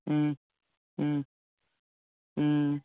ꯎꯝ ꯎꯝ ꯎꯝ